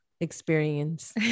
experience